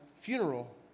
funeral